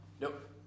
Nope